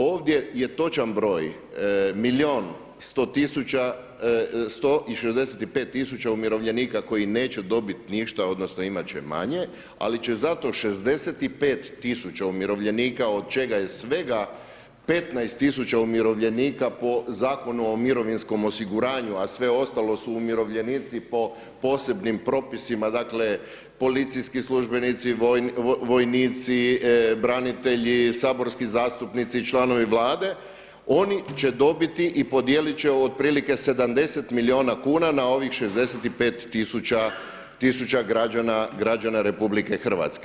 Ovdje je točan broj, milijun 100 tisuća, 165 tisuća umirovljenika koji neće dobiti ništa, odnosno imati će manje ali će zato 65 tisuća umirovljenika od čega je svega 15 tisuća umirovljenika po Zakonu o mirovinskom osiguranju a sve ostalo su umirovljenici po posebnim propisima, dakle policijski službenici, vojnici, branitelji, saborski zastupnici, članovi Vlade, oni će dobiti i podijeliti će otprilike 70 milijuna kuna na ovih 65 tisuća građana RH.